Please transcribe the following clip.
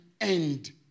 end